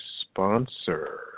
sponsor